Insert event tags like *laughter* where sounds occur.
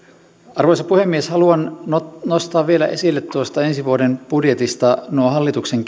arvoisa puhemies haluan nostaa vielä esille tuosta ensi vuoden budjetista nuo hallituksen *unintelligible*